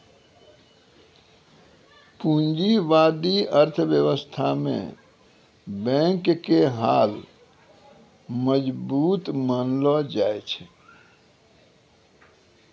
पूंजीबादी अर्थव्यवस्था मे बैंक के हाल मजबूत मानलो जाय छै